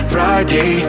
Friday